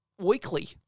Weekly